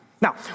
Now